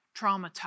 traumatized